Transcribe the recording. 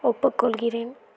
ஒப்புக்கொள்கிறேன்